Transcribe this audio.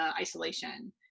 isolation